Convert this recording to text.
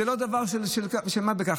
זה לא דבר של מה בכך,